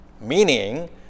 Meaning